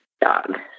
dog